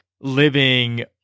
living